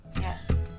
Yes